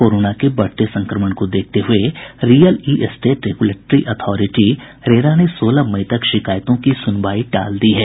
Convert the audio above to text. corona के बढ़ते संक्रमण को देखते हुये real estate regulatory authority RERA ने सोलह मई तक शिकायतों की सुनवाई टाल दी है